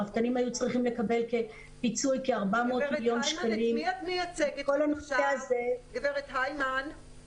הרפתנים היו צריכים לקבל פיצוי של כ-400 מיליון שקלים -- גברת סיימן,